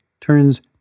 turns